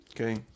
Okay